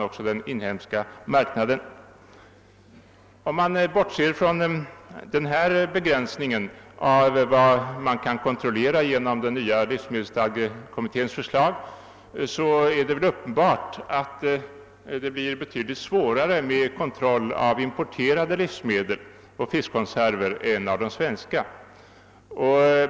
Om man bortser från denna begränsning av vad man kan kontrollera genom livsmedelsstadgekommitténs förslag, är det uppenbart att det blir betydligt svårare att kontrollera importerade livsmedel och fiskkonserver än svenska.